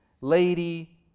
Lady